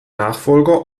nachfolger